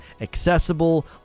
accessible